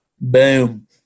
Boom